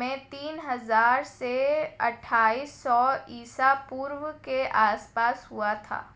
में तीन हजार से अट्ठाईस सौ ईसा पूर्व के आसपास हुआ था